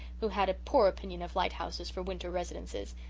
who had a poor opinion of lighthouses for winter residences,